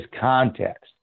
context